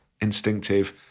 instinctive